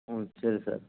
ம் சரி சார்